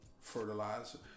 fertilizer